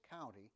county